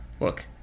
look